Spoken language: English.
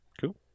Cool